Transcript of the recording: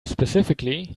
specifically